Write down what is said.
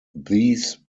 these